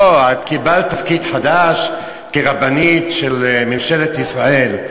לא, את קיבלת תפקיד חדש, כרבנית של ממשלת ישראל.